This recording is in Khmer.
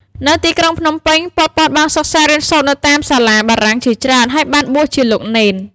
នៅទីក្រុងភ្នំពេញ ប៉ុល ពត បានសិក្សារៀនសូត្រនៅតាមសាលាបារាំងជាច្រើន ហើយបានបួសជាលោកនេន។